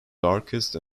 darkest